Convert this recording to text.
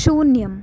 शून्यम्